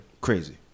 Crazy